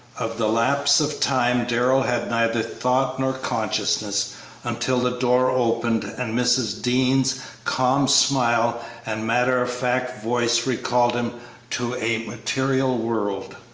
of the lapse of time darrell had neither thought nor consciousness until the door opened and mrs. dean's calm smile and matter-of-fact voice recalled him to a material world.